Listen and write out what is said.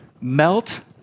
melt